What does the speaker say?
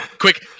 Quick